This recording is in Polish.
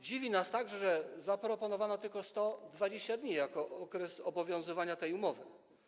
Dziwi nas także zaproponowanie tylko 120 dni jako okresu obowiązywania tej umowy.